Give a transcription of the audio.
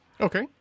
okay